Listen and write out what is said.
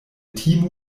timu